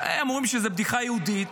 אומרים שזו בדיחה יהודית.